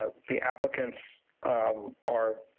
the applicants are.